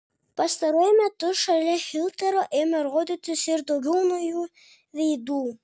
pastaruoju metu šalia hitlerio ėmė rodytis ir daugiau naujų veidų